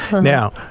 Now